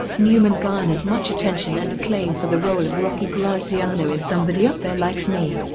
newman garnered much attention and acclaim for the role of rocky graziano in somebody up there likes me.